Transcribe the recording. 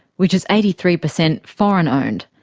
which is eighty three per cent foreign owned.